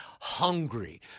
hungry